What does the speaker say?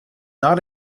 not